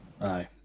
Aye